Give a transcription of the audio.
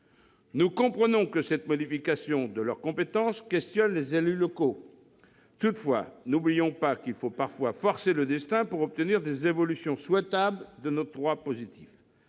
Nous comprenons que cette modification des compétences communales interpelle les élus locaux. Toutefois, n'oublions pas qu'il faut parfois forcer le destin pour obtenir des évolutions souhaitables de notre droit positif.